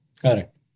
Correct